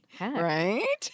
right